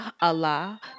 Allah